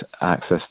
access